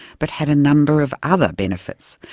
but had a number of other benefits,